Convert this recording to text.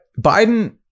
Biden